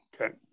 Okay